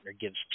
gives